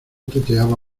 tuteaba